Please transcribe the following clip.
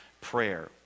prayer